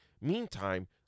Meantime